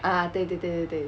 啊对对对对对